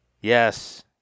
Yes